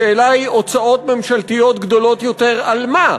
השאלה היא, הוצאות ממשלתיות גדולות יותר על מה?